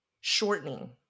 Shortening